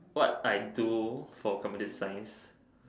what I do for computer science